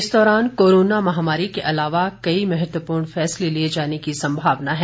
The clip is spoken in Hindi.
इस दौरान कोरोना महामारी के अलावा कई महत्वपूर्ण फैसले लिए जाने की संभावना है